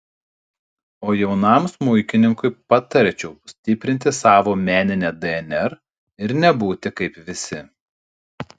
o jaunam smuikininkui patarčiau stiprinti savo meninę dnr ir nebūti kaip visi